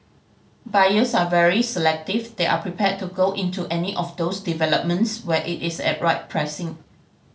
buyers are very selective they are prepared to go into any of those developments where it is at right pricing